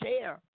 share